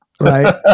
Right